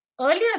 Earlier